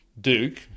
Duke